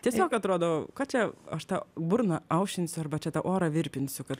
tiesiog atrodo ką čia aš tą burną aušinsiu arba čia tą orą virpinsiu kad